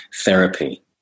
therapy